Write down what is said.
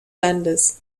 landes